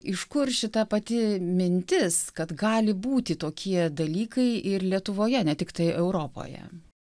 iš kur šita pati mintis kad gali būti tokie dalykai ir lietuvoje ne tiktai europoje